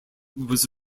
was